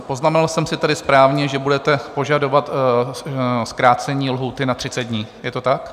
Poznamenal jsem si tedy správně, že budete požadovat zkrácení lhůty na 30 dní, je to tak?